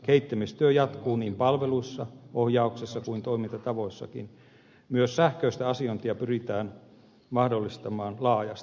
kehittämistyö jatkuu niin palveluissa ohjauksessa kuin toimintatavoissakin myös sähköistä asiointia pyritään mahdollistamaan laajasti